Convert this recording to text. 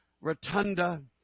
Rotunda